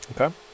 Okay